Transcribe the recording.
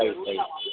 सई सई